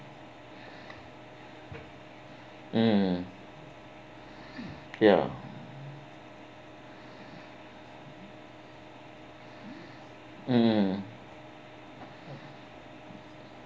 mm ya mm